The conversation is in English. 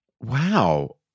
Wow